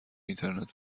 اینترنت